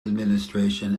administration